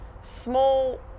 small